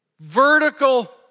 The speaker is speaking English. vertical